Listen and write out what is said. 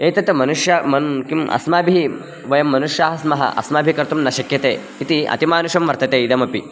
एतत् मनुष्यः मम् किम् अस्माभिः वयं मनुष्याः स्मः अस्माभिः कर्तुं न शक्यते इति अतिमानुषं वर्तते इदमपि